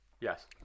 Yes